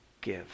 give